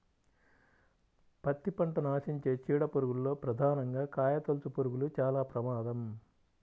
పత్తి పంటను ఆశించే చీడ పురుగుల్లో ప్రధానంగా కాయతొలుచుపురుగులు చాలా ప్రమాదం